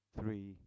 three